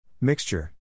Mixture